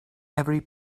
every